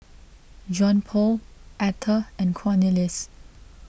Johnpaul Atha and Cornelius